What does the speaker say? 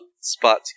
spot